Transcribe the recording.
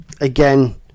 again